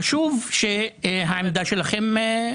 חשוב שהעמדה שלכם תאמר.